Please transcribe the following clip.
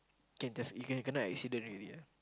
can just you can can lah accident already lah